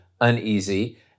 uneasy